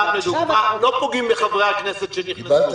לא פוגעים בחברי הכנסת שנכנסו,